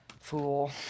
Fool